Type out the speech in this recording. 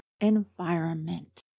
environment